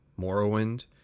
Morrowind